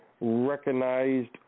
recognized